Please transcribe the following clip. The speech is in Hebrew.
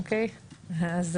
אוקיי, אז